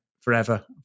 forever